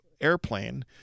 airplane